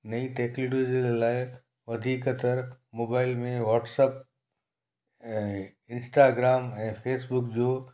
नईं टेक्टूल जे लाइ वधीक तर मोबाइल में वॉट्सप ऐं इंस्टाग्राम ऐं फ़ेसबुक जो